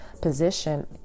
position